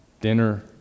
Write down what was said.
dinner